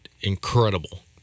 incredible